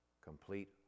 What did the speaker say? complete